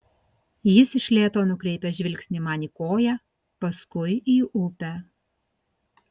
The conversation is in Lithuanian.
jis iš lėto nukreipia žvilgsnį man į koją paskui į upę